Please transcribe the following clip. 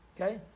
okay